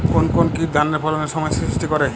কোন কোন কীট ধানের ফলনে সমস্যা সৃষ্টি করে?